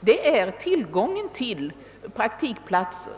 dåliga tillgången på praktikplatser utgör en flaskhals.